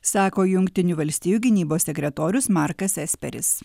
sako jungtinių valstijų gynybos sekretorius markas esperis